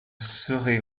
serait